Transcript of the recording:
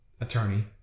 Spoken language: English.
attorney